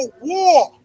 war